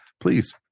please